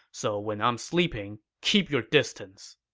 so when i'm sleeping, keep your distance.